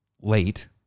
late